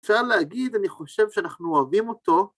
אפשר להגיד, אני חושב שאנחנו אוהבים אותו.